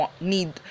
need